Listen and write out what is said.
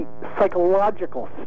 psychological